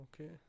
Okay